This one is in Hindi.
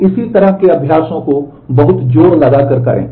तो इसी तरह के अभ्यासों को बहुत जोर लगा कर करें